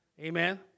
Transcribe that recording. Amen